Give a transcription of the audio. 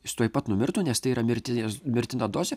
jis tuoj pat numirtų nes tai yra mirtinis mirtina dozė